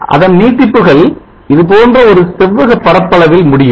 அதன் நீட்டிப்புகள் இதுபோன்ற ஒரு செவ்வக பரப்பளவில் முடியும்